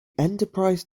enterprise